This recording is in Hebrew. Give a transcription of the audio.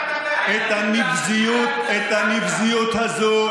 את הנבזיות הזאת,